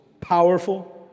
powerful